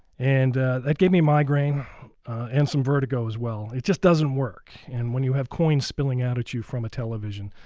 and that gave me a migraine and some vertigo as well. it just doesn't work and when you have coins spilling out at you from a television